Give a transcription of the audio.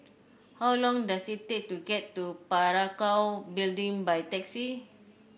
how long does it take to get to Parakou Building by taxi